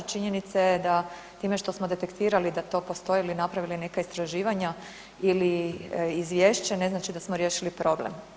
Činjenica je da time što smo detektirali da to postoji ili napravili neka istraživanja ili izvješće ne znači da smo riješili problem.